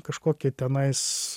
kažkokį tenais